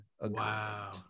Wow